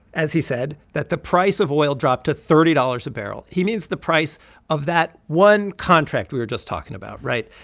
as he said, that the price of oil dropped to thirty dollars a barrel, he means the price of that one contract we were just talking about right?